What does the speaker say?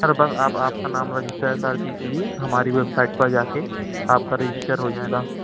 سر بس آپ آپ کا نام رجسٹر کر دیجیے ہماری ویب سائٹ پر جا کے آپ کا رجسٹر ہو جائے گا